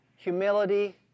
Humility